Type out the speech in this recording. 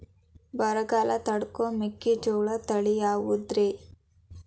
ಬರಗಾಲ ತಡಕೋ ಮೆಕ್ಕಿಜೋಳ ತಳಿಯಾವುದ್ರೇ?